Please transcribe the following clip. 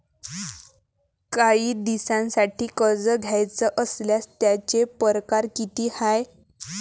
कायी दिसांसाठी कर्ज घ्याचं असल्यास त्यायचे परकार किती हाय?